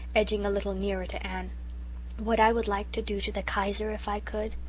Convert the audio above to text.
edging a little nearer to anne what i would like to do to the kaiser if i could?